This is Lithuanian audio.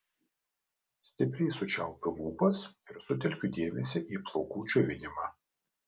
stipriai sučiaupiu lūpas ir sutelkiu dėmesį į plaukų džiovinimą